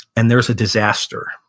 and there's a disaster.